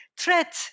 threat